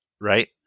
right